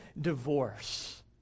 divorce